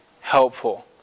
helpful